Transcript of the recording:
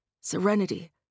serenity